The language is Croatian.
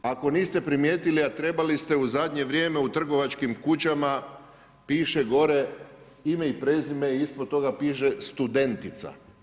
Ako niste primijetili, a trebali ste, u zadnje vrijeme, u trgovačkim kućama, piše gore, ime i prezime i ispod toga piše studentica.